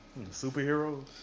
superheroes